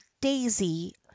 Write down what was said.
daisy